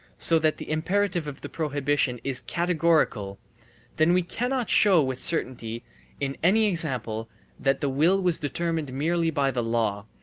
so that the imperative of the prohibition is categorical then we cannot show with certainty in any example that the will was determined merely by the law,